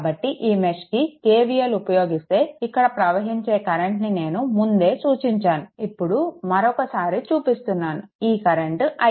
కాబట్టి ఈ మెష్కి KVL ఉపయోగిస్తే ఇక్కడ ప్రవహించే కరెంట్ని నేను ముందే సూచించాను ఇప్పుడు మరొక సారి చూపిస్తున్నాను ఈ కరెంట్ i